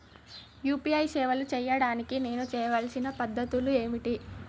UPI సేవలు చేయడానికి నేను చేయవలసిన పద్ధతులు ఏమిటి?